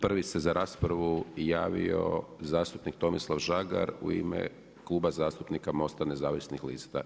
Prvi se za raspravu javio zastupnik Tomislav Žagar u ime Kluba zastupnika Mosta nezavisnih lista.